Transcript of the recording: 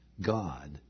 God